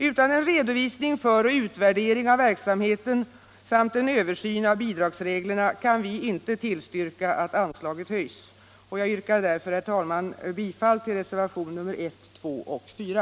Utan en redovisning för och utvärdering av verksamheten samt en översyn av bidragsreglerna kan vi inte tillstyrka att anslaget höjs. Jag yrkar därför, herr talman, bifall till reservationerna nr 1, 2 och 4.